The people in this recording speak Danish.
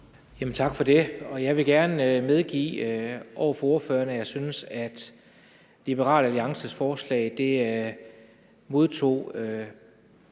Tak for det. Jeg vil gerne medgive over for ordføreren, at jeg synes, at Liberal Alliances forslag modtog